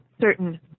certain